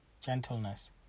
gentleness